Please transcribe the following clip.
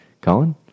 Colin